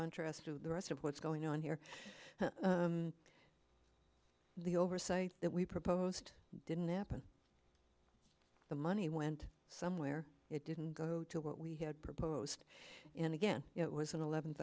to the rest of what's going on here the oversight that we proposed didn't happen the money went somewhere it didn't go to what we had proposed and again it was an eleventh